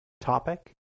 topic